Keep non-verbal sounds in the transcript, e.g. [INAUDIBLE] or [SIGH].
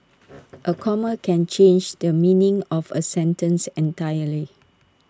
[NOISE] A comma can change the meaning of A sentence entirely